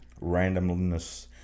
Randomness